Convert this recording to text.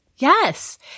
Yes